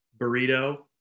Burrito